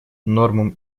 нормам